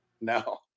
No